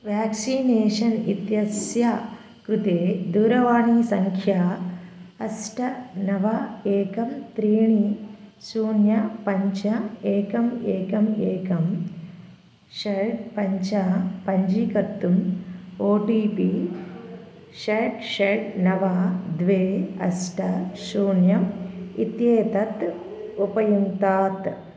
vaccination इत्यस्य कृते दूरवाणीसङ्ख्या अष्ट नव एकं त्रीणि शून्यं पञ्च एकम् एकम् एकं षड् पञ्च पञ्चीकर्तुम् ओ टि पि षट् षट् नव द्वे अष्ट शून्यम् इत्येतत् उपयुङ्क्तात्